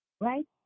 right